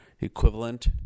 equivalent